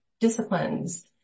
disciplines